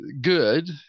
good